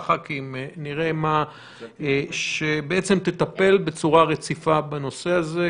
ח"כים שבעצם תטפל בצורה רציפה בנושא הזה,